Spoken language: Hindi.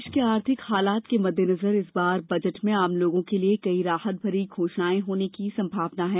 देश के आर्थिक हालात के मद्देनजर इस बार बजट में आम लोगों के लिये कई राहत भरी घोषणाएं होने की संभावना है